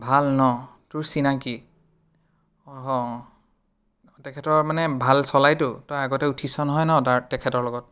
অঁ ভাল ন তোৰ চিনাকি অঁ তেখেতৰ মানে ভাল চলাইতো তই আগতে উঠিছ নহয় ন তাৰ তেখেতৰ লগত